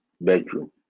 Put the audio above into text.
bedroom